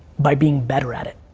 by being better at it,